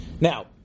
Now